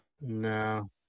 no